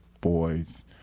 boys